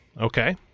okay